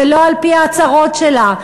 ולא על-פי ההצהרות שלה.